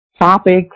topic